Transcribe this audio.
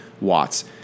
Watts